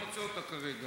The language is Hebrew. אני לא מוצא אותה כרגע.